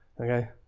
okay